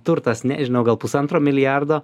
turtas nežinau gal pusantro milijardo